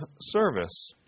service